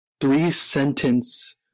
three-sentence